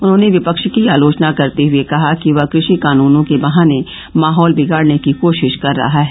उन्होंने विपक्ष की आलोचना करते हुए कहा कि वह कृषि कानूनों के बहाने माहौल बिगाड़ने की कोशिश कर रहा है